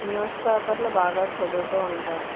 news పేపర్లు బాగా చదువుతూ ఉంటాను